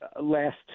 last